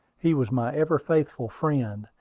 he was my ever-faithful friend.